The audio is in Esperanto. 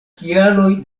kialoj